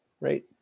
right